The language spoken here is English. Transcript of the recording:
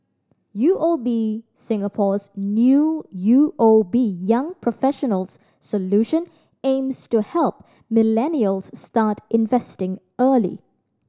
U O B Singapore's new U O B Young Professionals Solution aims to help millennials start investing early